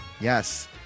Yes